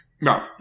No